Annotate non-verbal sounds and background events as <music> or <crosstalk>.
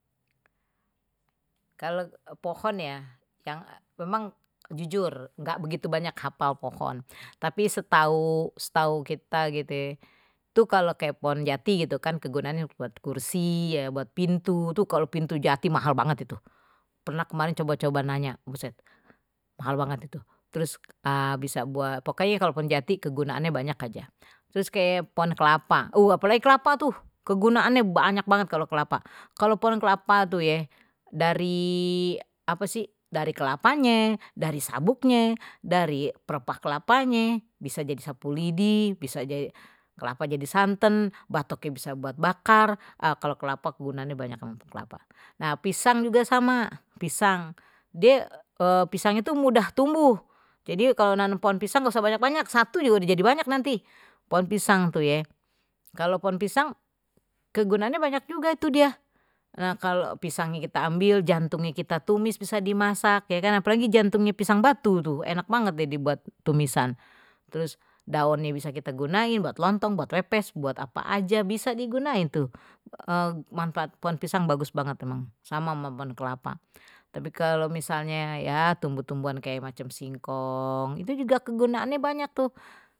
Kalau pohon ya yang memang jujur nggak begitu banyak hafal pohon tapi setahu, setahu kita gitu tuh kalau kayak pohon jati gitu kan kegunaannya buat kursi ya buat pintu tuh kalau pintu jati mahal banget itu pernah kemarin coba-coba nanya busyet, mahal banget itu, terus <hesitation> bisa buat pokoknya kalau poon jati kegunaannya banyak aja, terus kayak pohon kelapa apalagi kelapa tuh kegunaannye banyak banget kalau kelapa kalau pohon kelapa tuh ye dari apa sih dari kelapanya dari sabuknya dari kelapanya bisa jadi sapu lidi bisa jadi pelepah kelapanye jadi santen batoknya bisa buat bakar kalau kelapa kegunaannya banyak kelapa, nah pisang juga sama pisang dia <hesitation> pisang itu mudah tumbuh jadi kalau nanam pohon pisang enggak usah banyak-banyak satu juga jadi banyak nanti pohon pisang tuh ye kalau pohon pisang kegunaannya banyak juga itu dia nah kalau pisangnya kita ambil jantungnya kita tumis bisa dimasak ya kan apalagi jantungnya pisang batu tuh enak banget deh dibuat tumisan terus daunnye bisa kita gunain buat lontong buat pepes buat apa aja bisa nih gunanya itu <hesitation> manfaat pohon pisang bagus banget emang sama pohon kelapa tapi kalau misalnya ya tumbuh-tumbuhan kayak macam singkong itu juga kegunaannya banyak tuh.